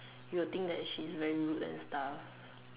you would think that she's very rude and stuff